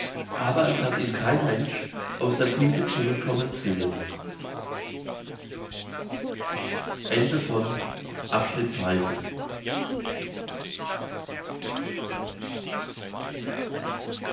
aber es hat ihn kein mensch aus der tiefe zurück kommen sehen